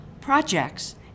projects